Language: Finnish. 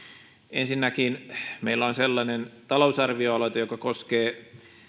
ensinnäkin meillä on sellainen talousarvioaloite joka koskee